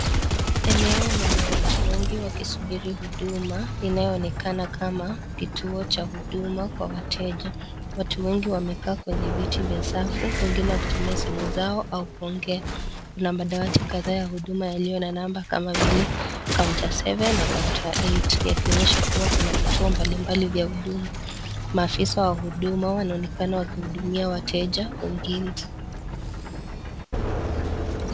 Eneo lenye watu wengi wakisubiri huduma inayoonekana kama kituo Cha huduma kwa wateja, watu wengi wamekaa kwenye viti vya safu, wengine wakitumia simu zao au kuongea. Kuna madawati kadhaa yaliyo na namba kama vile counter 7 na counter 8 , vikionyesha kwamba Kuna vituo mbali mbali vya huduma. Maafisa wa huduma wanaonekana wakihudumia wateja wengine.